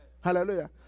Hallelujah